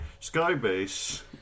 Skybase